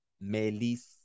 Melis